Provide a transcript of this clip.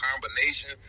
combination